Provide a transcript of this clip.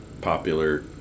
popular